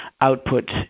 output